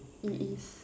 it is